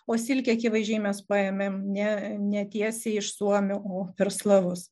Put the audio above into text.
o silkė akivaizdžiai mes paėme ne ne tiesiai iš suomių o per slavus